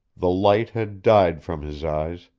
the light had died from his eyes,